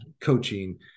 coaching